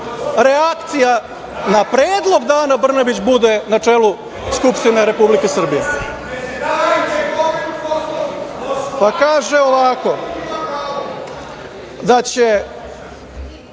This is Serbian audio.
reakcija na predlog da Ana Brnabić bude na čelu Skupštine Republike Srbije. Kaže ovako - da će